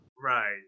right